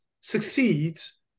succeeds